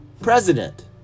president